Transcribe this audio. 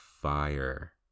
fire